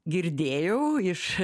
girdėjau iš